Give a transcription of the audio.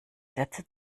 sätze